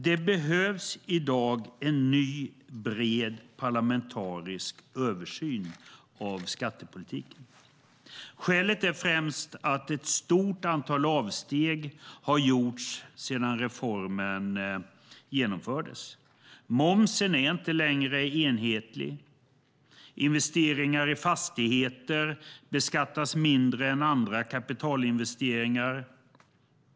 Det behövs i dag en ny, bred parlamentarisk översyn av skattepolitiken. Skälet är främst att ett stort antal avsteg har gjorts sedan reformen genomfördes. Momsen är inte längre enhetlig. Investeringar i fastigheter beskattas mindre än andra kapitalinvesteringar.